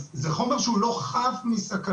אז זה לא חומר שהוא חף מסכנות.